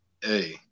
hey